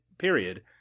period